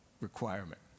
requirement